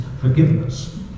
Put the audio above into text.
forgiveness